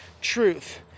truth